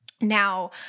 Now